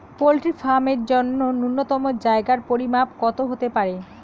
Poultry farm এর জন্য নূন্যতম জায়গার পরিমাপ কত হতে পারে?